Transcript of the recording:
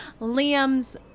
Liam's